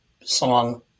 song